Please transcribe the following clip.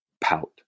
pout